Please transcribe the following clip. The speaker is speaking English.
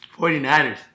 49ers